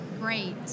Great